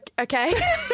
Okay